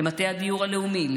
למטה הדיור הלאומי,